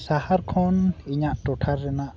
ᱥᱟᱦᱟᱨ ᱠᱷᱚᱱ ᱤᱧᱟᱹᱜ ᱴᱚᱴᱷᱟ ᱨᱮᱱᱟᱜ